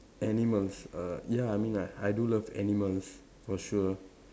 animals uh ya I mean I I do love animals for sure